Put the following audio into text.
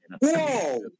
Whoa